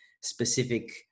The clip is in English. specific